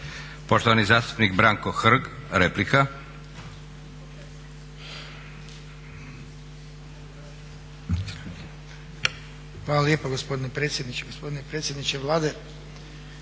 Poštovani zastupnik Branko Hrg, replika. **Hrg, Branko (HSS)** Hvala lijepa gospodine predsjedniče. Gospodine predsjedniče Vlade,